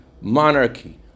monarchy